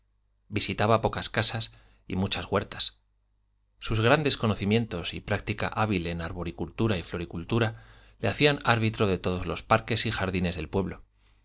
visitaba pocas casas y muchas huertas sus grandes conocimientos y práctica hábil en arboricultura y floricultura le hacían árbitro de todos los parques y jardines del pueblo